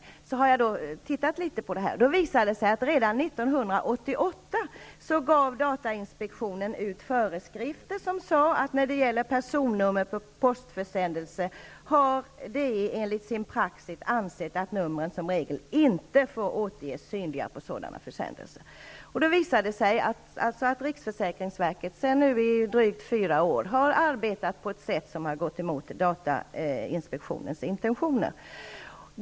Det visade sig då att datainspektionen redan 1988 gav ut föreskrifter där det framgick att personnummer på postförsändelser enligt datainspektionens praxis inte skall få återges synliga på sådana försändelser. Det har emellertid visat sig att riksförsäkringsverket sedan drygt fyra år har arbetat på ett sätt som har gått emot datainspektionens intentioner.